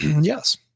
Yes